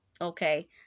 okay